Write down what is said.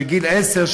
של גיל עשר.